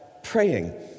praying